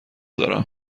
دارم